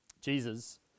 Jesus